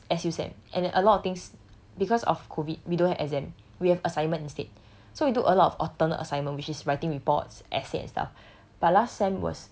last sem was a S_U sem and then a lot of things because of COVID we don't have exam we have assignment instead so we do a lot of alternate assignment which is writing reports essays and stuff